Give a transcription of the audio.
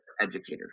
educators